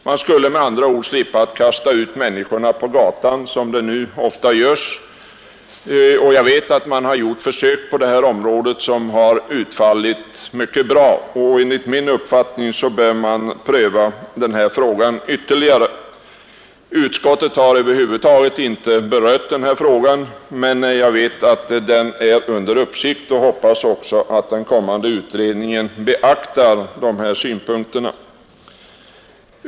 Man skulle med andra ord slippa kasta ut människorna på gatan, som nu ofta sker. Jag vet att det på detta område har gjorts försök som utfallit mycket bra, och enligt min uppfattning bör man pröva denna fråga ytterligare. Utskottet har inte berört den, men jag vet att den är under uppsikt och hoppas att den kommande utredningen beaktar de synpunkter som förts fram i motionen.